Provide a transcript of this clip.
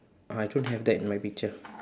I don't have that in my picture